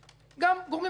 גם גורמים אחרים בקואליציה,